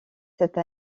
cette